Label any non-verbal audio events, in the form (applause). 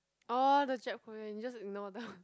orh the Jap-Korean you just ignore the (laughs)